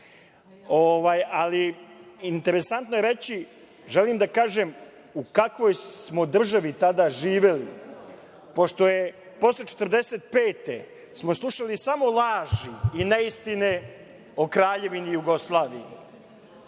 ali interesantno je reći, želim da kažem u kakvoj smo državi tada živeli, pošto je posle 1945. godine smo slušali samo laži i neistine o kraljevini Jugoslaviji,